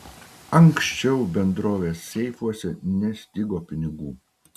anksčiau bendrovės seifuose nestigo pinigų